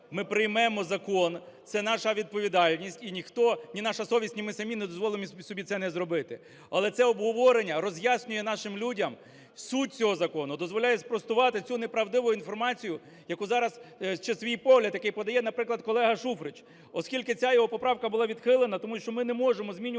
ми приймемо закон, це наша відповідальність. І ніхто – ні наша совість, ні ми самі – не дозволимо собі це не зробити. Але це обговорення роз'яснює нашим людям суть цього закону, дозволяє спростувати цю неправдиву інформацію, яку зараз... чи свій погляд, який подає, наприклад, колега Шуфрич, оскільки ця його поправка була відхилена, тому що ми не можемо змінювати